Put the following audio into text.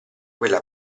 quella